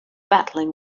battling